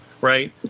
right